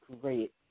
great